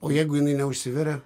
o jeigu jinai neužsiveria